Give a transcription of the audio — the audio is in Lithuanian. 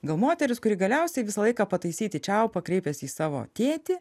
gal moteris kuri galiausiai visą laiką pataisyti čiaupą kreipiasi į savo tėtį